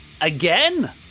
again